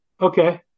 Okay